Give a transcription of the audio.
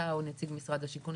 אתה או נציג משרד השיכון,